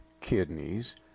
kidneys